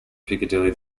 piccadilly